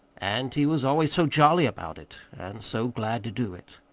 and he was always so jolly about it, and so glad to do it.